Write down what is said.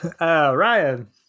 Ryan